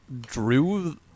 drew